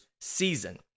season